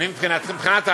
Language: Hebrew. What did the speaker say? מבחינת ההלכה,